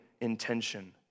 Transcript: intention